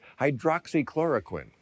hydroxychloroquine